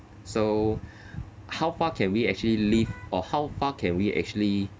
so how far can we actually live or how far can we actually